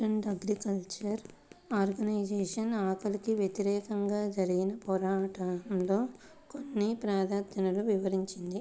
food and agriculture organization ఆకలికి వ్యతిరేకంగా జరిగిన పోరాటంలో కొన్ని ప్రాధాన్యతలను వివరించింది